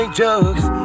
jokes